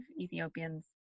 Ethiopians